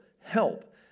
help